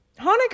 Hanukkah